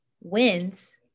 Wins